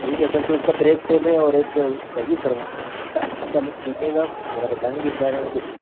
ٹھیک ہے تو سر اس کا بریک فیل ہے اور ایک سروس کروانے ہیں ذرا بتائیں گے اس بارے میں کچھ